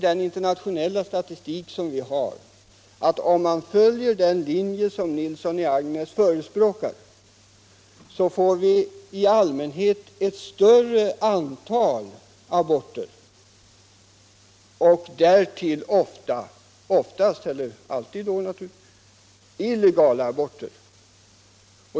Den internationella statistiken visar att vi, om vi följer den linje som herr Nilsson föreskriver, i allmänhet får ett större antal aborter — därtill oftast illegala.